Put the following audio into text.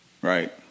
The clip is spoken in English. right